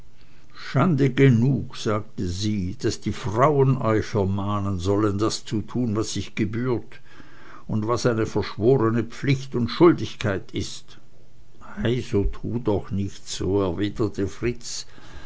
schande genug sagte sie daß die frauen euch vermahnen sollen zu tun was sich gebührt und was eine verschworene pflicht und schuldigkeit ist ei so tue doch nicht so erwiderte fritz